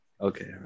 okay